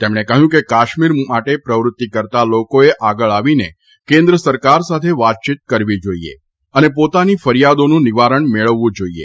તેમણે કહ્યું કે કાશ્મીર માટે પ્રવૃત્તિ કરતાં લોકોએ આગળ આવીને કેન્દ્ર સરકાર સાથે વાતયીત કરવી જાઇએ અને પોતાની ફરિથાદોનું નિવારણ મેળવવું જાઇએ